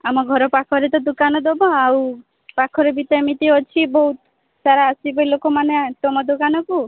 ଆମ ଘର ପାଖରେ ତ ଦୋକାନ ଦେବ ଆଉ ପାଖରେ ବି ଏମିତି ଅଛି ବହୁତ ସାରା ଆସିବେ ଲୋକମାନେ ତୁମ ଦୋକାନକୁ